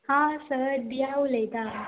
हां सर दिया उलयता